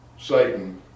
Satan